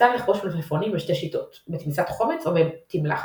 ניתן לכבוש מלפפונים בשתי שיטות בתמיסת חומץ או בתמלחת.